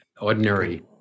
ordinary